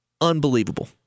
unbelievable